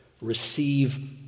Receive